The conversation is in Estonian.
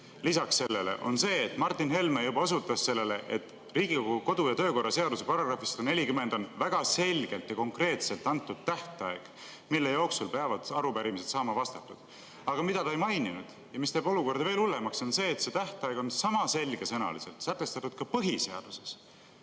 lisaks sellele, on see – Martin Helme juba osundas sellele –, et Riigikogu kodu- ja töökorra seaduse §‑s 140 on väga selgelt ja konkreetselt antud tähtaeg, mille jooksul peavad arupärimised saama vastatud. Aga mida te ei maininud ja mis teeb olukorda veel hullemaks, on see, et see tähtaeg on sama selgesõnaliselt sätestatud põhiseaduses.